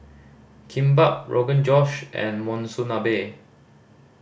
Kimbap Rogan Josh and Monsunabe